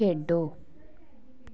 ਖੇਡੋ